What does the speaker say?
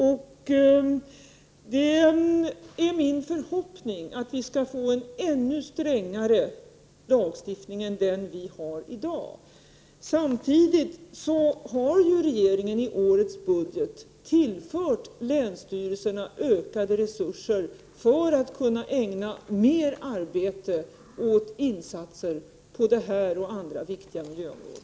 Det är min förhoppning att vi skall få en ännu strängare lagstiftning än den vi har i dag. Regeringen har i årets budget tillfört länsstyrelserna ökade resurser för att de skall kunna ägna mera arbete åt och satsa mera på det här och andra viktiga miljöområden.